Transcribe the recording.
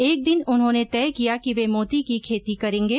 एक दिन उन्होंने तय किया कि र्व मोती की खेती करेंगे